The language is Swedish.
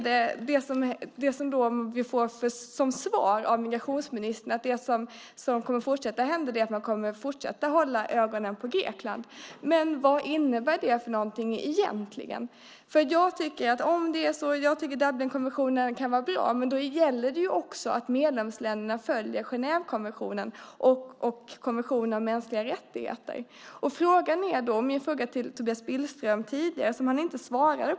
Det vi får som svar av migrationsministern är att man kommer att fortsätta att hålla ögonen på Grekland. Men vad innebär det egentligen? Jag tycker att Dublinkonventionen kan vara bra, men då gäller också att medlemsländerna följer Genèvekonventionen och konventionen om mänskliga rättigheter. Tobias Billström svarade inte på min fråga.